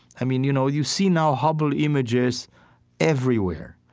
i mean, you know, you see now hubble images everywhere.